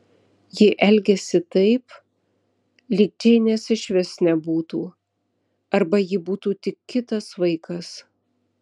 ji elgėsi taip lyg džeinės išvis nebūtų arba ji būtų tik kitas vaikas